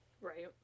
Right